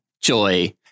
Joy